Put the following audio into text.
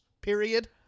period